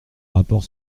rapport